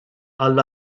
għall